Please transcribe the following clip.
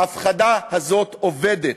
ההפחדה הזאת עובדת.